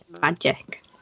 Magic